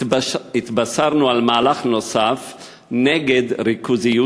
התבשרנו על מהלך נוסף נגד ריכוזיות,